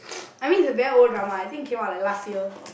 I mean the very old drama I think came up like last year